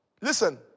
listen